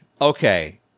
okay